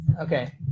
Okay